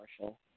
Marshall